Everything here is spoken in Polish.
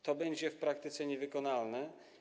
To będzie w praktyce niewykonalne.